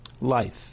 life